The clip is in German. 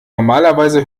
normalerweise